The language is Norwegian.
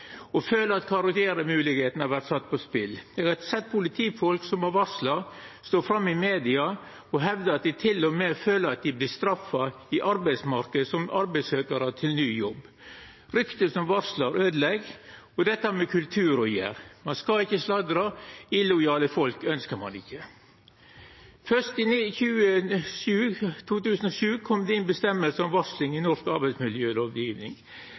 og føla at mogelegheitene for karriere har vorte sette på spel. Eg har sett politifolk som har varsla, stå fram i media og hevda at dei til og med føler dei vert straffa i arbeidsmarknaden som arbeidssøkjarar til ny jobb. Ryktet som varslar øydelegg, og det har med kultur å gjera. Ein skal ikkje sladra; illojale folk ønskjer ein ikkje. Først i 2007 kom det inn føresegn om varsling i norsk